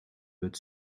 but